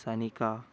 Sanika